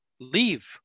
Leave